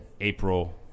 April